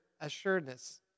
assuredness